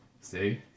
See